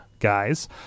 Guys